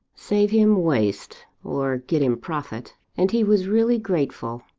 save him waste, or get him profit and he was really grateful.